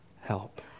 help